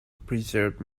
preserved